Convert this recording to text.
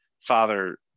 father